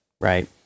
right